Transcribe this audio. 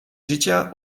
życia